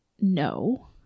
no